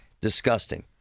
disgusting